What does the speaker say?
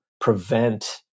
prevent